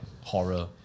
horror